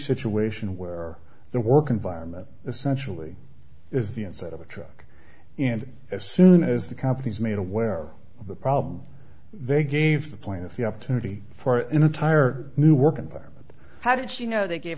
situation where the work environment essentially is the inside of a truck and as soon as the companies made aware of the problem they gave the plaintiff the opportunity for an entire new work environment how did she know they gave